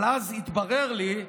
אבל אז התברר לי,